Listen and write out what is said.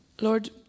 Lord